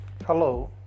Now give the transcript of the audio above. Hello